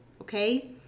okay